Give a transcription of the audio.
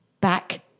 back